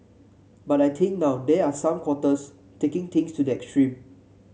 but I think now there are some quarters taking things to the extreme